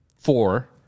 Four